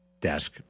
desk